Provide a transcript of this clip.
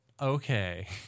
okay